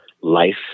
life